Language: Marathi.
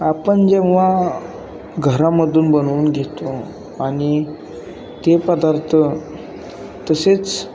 आपण जेव्हा घरामधून बनवून घेतो आणि ते पदार्थ तसेच